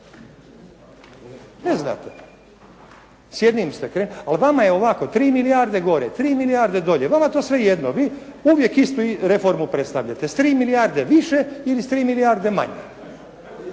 ćete imati novaca. Ne znate. Ali vama je ovako, 3 milijarde gore, 3 milijarde dolje. Vama je to sve jedno. Vi uvijek istu reformu predstavljate, s 3 milijarde više ili s 3 milijarde manje.